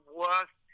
worst